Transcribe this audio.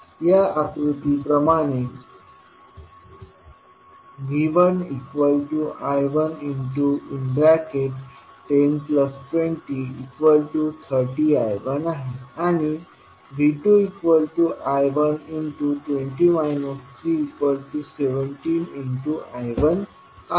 या आकृती प्रमाणे V1I1102030I1 आहे आणि V2I117I1 आहे